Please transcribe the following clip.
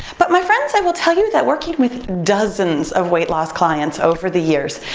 but, my friends, i will tell you that working with dozens of weight loss clients over the years,